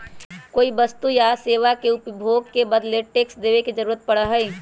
कोई वस्तु या सेवा के उपभोग के बदले टैक्स देवे के जरुरत पड़ा हई